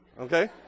okay